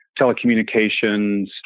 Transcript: telecommunications